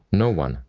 no one.